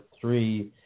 three